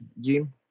Jim